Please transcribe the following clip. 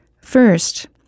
First